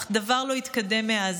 אך דבר לא התקדם מאז.